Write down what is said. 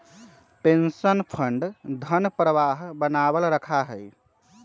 pension fund धन प्रवाह बनावल रखा हई